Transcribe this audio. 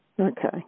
Okay